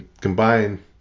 combine